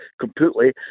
completely